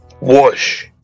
Whoosh